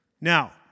Now